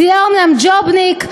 תהיה אומנם ג'ובניק,